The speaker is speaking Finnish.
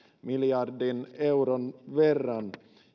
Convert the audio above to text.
miljardin euron verran